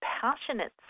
passionate